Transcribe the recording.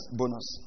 bonus